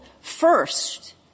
First